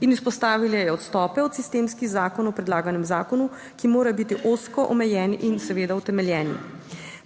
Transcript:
In izpostavila je odstope od sistemskih zakonov. O predlaganem zakonu, ki mora biti ozko omejeni in seveda utemeljeni.